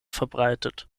verbreitet